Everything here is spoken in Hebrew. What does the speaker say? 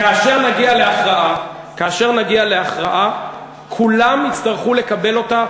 כאשר נגיע להכרעה כולם יצטרכו לקבל אותה,